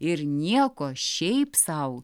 ir nieko šiaip sau